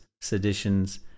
seditions